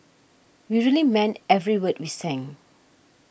we really meant every word we sang